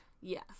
Yes